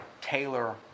Taylor